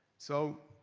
so